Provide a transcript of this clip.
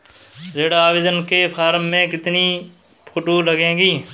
ऋण आवेदन के फॉर्म में कितनी फोटो लगेंगी?